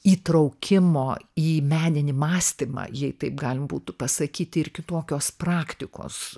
įtraukimo į meninį mąstymą jei taip galima būtų pasakyti ir kitokios praktikos